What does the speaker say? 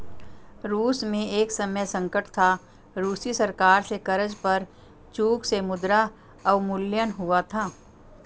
रूस में एक समय संकट था, रूसी सरकार से कर्ज पर चूक से मुद्रा अवमूल्यन हुआ था